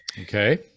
Okay